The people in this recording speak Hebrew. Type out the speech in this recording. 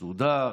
מסודר,